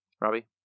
Robbie